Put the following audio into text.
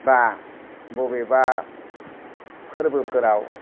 बा बबेबा फोरबोफोराव